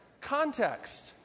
context